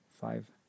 five